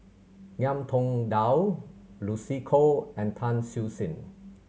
Ngiam Tong Dow Lucy Koh and Tan Siew Sin